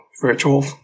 virtual